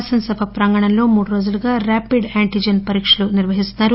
శాసనసభ ప్రాంగణంలో మూడురోజులుగా ర్యాపిట్ యాంజీజెస్ పరీక్షలు నిర్వహిస్తున్నారు